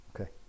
Okay